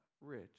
rich